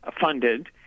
funded